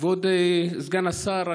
כבוד סגן השר,